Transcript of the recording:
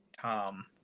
Tom